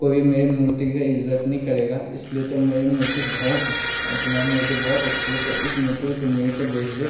कोई भी मेरी मूर्ति की इज्ज़त नहीं करेगा इसलिए तुम मेरी मूर्ति बहुत तुम्हारी मूर्ति बहुत अच्छी है तो इस मूर्ति को तुम मेरे को बेच दो